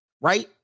right